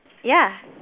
ya